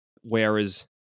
whereas